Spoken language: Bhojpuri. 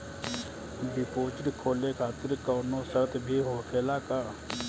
डिपोजिट खोले खातिर कौनो शर्त भी होखेला का?